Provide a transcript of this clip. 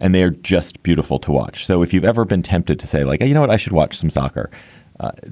and they are just beautiful to watch. so if you've ever been tempted to say, like, you know what, i should watch some soccer